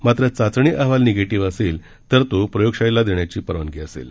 मात्र चाचणी अहवाल निगेटिव्ह असेल तर तो प्रयोगशाळेला देण्याची परवानगी असेल